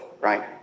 right